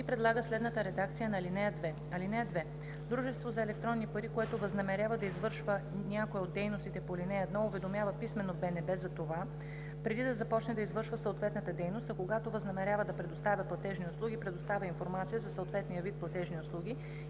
и предлага следната редакция на алинея 2: „(2) Дружество за електронни пари, което възнамерява да извършва някоя от дейностите по ал. 1, уведомява писмено БНБ за това преди да започне да извършва съответната дейност, а когато възнамерява да предоставя платежни услуги, предоставя информация за съответния вид платежни услуги